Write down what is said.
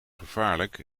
gevaarlijk